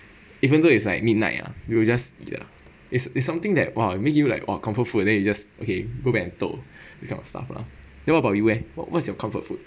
even though it's like midnight ah we will just eat lah it's it's something that !wah! make you !wah! comfort food then you just go back and toh this kind of stuff lah then what about you eh what what's your comfort food